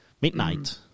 Midnight